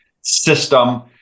system